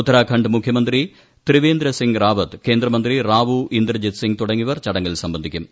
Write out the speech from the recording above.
ഉത്തരാഖണ്ഡ് മുഖ്യമന്ത്രി ത്രിവേന്ദ്രസിങ് റാവത്ത് കേന്ദ്രമന്ത്രി റാവു ഇന്ദർജിത്ത് സിങ്ങ് തുടങ്ങിയവർ ചടങ്ങിൽ സംബന്ധിക്കും